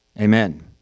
Amen